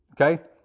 Okay